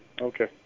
okay